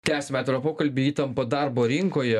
tęsiame atvirą pokalbį įtampa darbo rinkoje